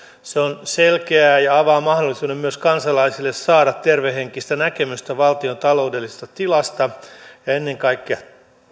se on selkeä ja avaa mahdollisuuden myös kansalaisille saada tervehenkistä näkemystä valtion taloudellisesta tilasta ja ennen kaikkea